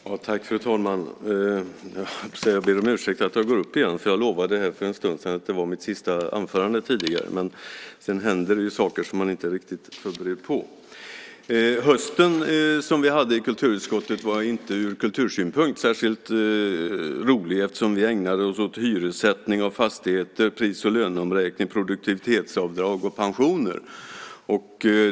Fru talman! Jag höll på att säga att jag ber om ursäkt för att jag går upp i talarstolen igen. Jag lovade ju för en stund sedan att det var mitt sista anförande tidigare, men sedan händer det saker som man inte är riktigt förberedd på. Den höst vi hade i kulturutskottet var ur kultursynpunkt inte särskilt rolig eftersom vi ägnade oss åt hyressättning av fastigheter, pris och löneomräkning, produktivitetsavdrag och pensioner.